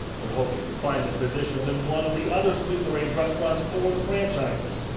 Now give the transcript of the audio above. they're hoping to find them position ins and one of the other sweet lorraine's restaurants or the franchises,